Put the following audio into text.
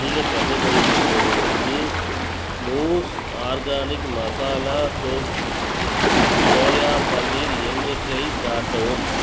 அதிகத் தள்ளுபடி பெறுவதற்கு மூஸ் organic masala tofu soya paneer எண்ணிக்கை காட்டவும்